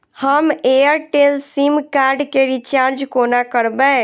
हम Airtel sim card केँ recharge कोना करबै?